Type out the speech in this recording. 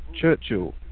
Churchill